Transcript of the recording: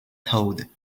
told